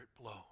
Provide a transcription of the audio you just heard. blow